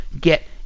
get